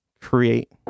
create